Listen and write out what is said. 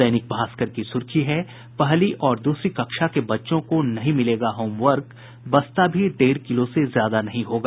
दैनिक भास्कर की सुर्खी है पहली और दूसरी कक्षा के बच्चों को नहीं मिलेगा होम वर्क बस्ता भी डेढ़ किलो से ज्यादा नहीं होगा